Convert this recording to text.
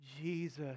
Jesus